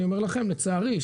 אני אומר לכם לצערי,